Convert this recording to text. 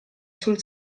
sul